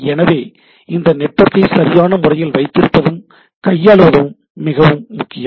எனவே இந்த நெட்வொர்க்கை சரியான முறையில் வைத்திருப்பதும் கையாளுவதும் மிகவும் முக்கியம்